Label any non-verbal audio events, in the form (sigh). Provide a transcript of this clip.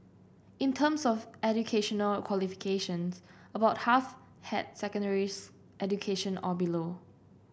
in terms of educational qualifications about half had secondary (unintelligible) education or below